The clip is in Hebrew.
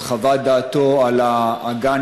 עם חוות דעתו על הגן,